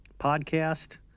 podcast